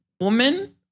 woman